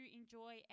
enjoy